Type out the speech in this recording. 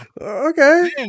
Okay